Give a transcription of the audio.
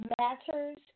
matters